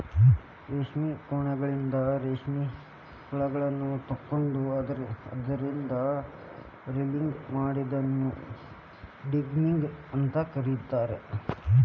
ರೇಷ್ಮಿ ಕೋಕೂನ್ಗಳಿಂದ ರೇಷ್ಮೆ ಯಳಿಗಳನ್ನ ತಕ್ಕೊಂಡು ಅದ್ರಿಂದ ರೇಲಿಂಗ್ ಮಾಡೋದನ್ನ ಡಿಗಮ್ಮಿಂಗ್ ಅಂತ ಕರೇತಾರ